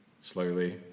slowly